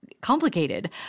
complicated